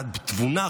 התבונה,